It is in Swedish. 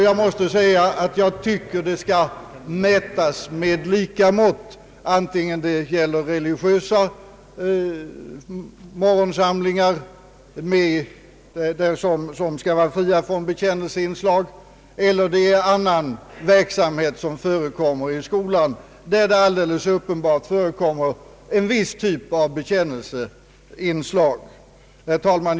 Jag tycker att det skall mätas med samma mått antingen det gäller religiösa morgonsamlingar, som skall vara fria från bekännelseinslag, eller annan verksamhet i skolan, där det uppenbart förekommer en viss typ av bekännelseinslag. Herr talman!